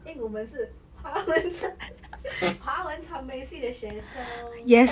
因为我们是华文传华文传媒系的学生